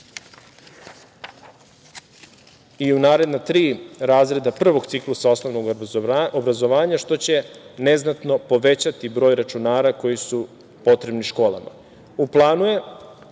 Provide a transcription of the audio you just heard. i u naredna tri razredna prvog ciklusa osnovnog obrazovanja, što će neznatno povećati broj računara koji su potrebni školama.U planu je,